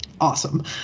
awesome